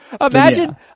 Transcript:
imagine